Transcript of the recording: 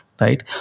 Right